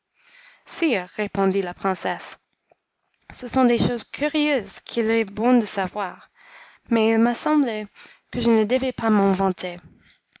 sire répondit la princesse ce sont des choses curieuses qu'il est bon de savoir mais il m'a semblé que je ne devais pas